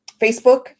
Facebook